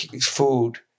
food